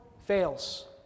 fails